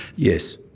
yes,